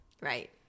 right